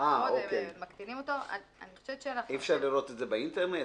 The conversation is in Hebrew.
אי אפשר לראות באינטרנט?